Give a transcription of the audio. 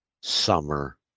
summer